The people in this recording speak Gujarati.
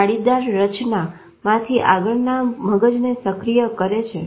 જાળીદાર રચના માંથી આગળના મગજને સક્રિય કરે છે